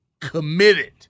committed